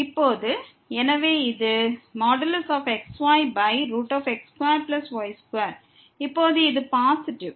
இப்போது எனவே இது xyx2y2 இப்போது இது பாசிட்டிவ்